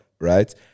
Right